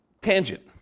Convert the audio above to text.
tangent